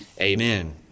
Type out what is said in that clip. Amen